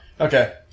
Okay